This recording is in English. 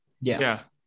Yes